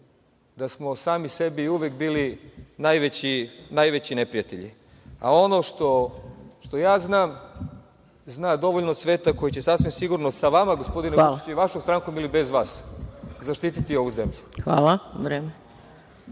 da smo sami sebi uvek bili najveći neprijatelji. Ono što ja znam, zna dovoljno sveta koji će sasvim sigurno sa vama, gospodine Vučiću, vašom strankom ili bez vas, zaštiti ovu zemlju. **Maja